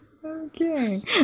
Okay